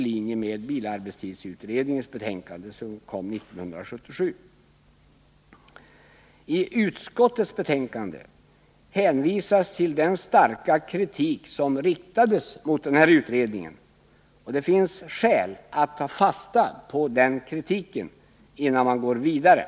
linje med bilarbetstidsutredningens betänkande, som kom 1977. I utskottets betänkande hänvisas till den starka kritik som riktades mot denna utredning. Det finns skäl att ta fasta på den kritiken innan vi går vidare.